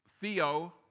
Theo